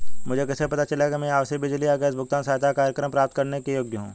मुझे कैसे पता चलेगा कि मैं आवासीय बिजली या गैस भुगतान सहायता कार्यक्रम प्राप्त करने के योग्य हूँ?